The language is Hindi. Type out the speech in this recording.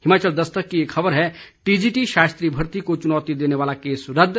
हिमाचल दस्तक की एक खबर है टीजीटी शास्त्री भर्ती को चुनौती देने वाला केस रद्द